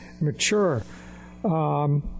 mature